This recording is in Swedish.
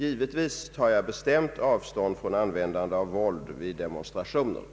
Givetvis tar jag bestämt avstånd från användande av våld vid demonstrationer.